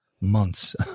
months